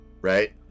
right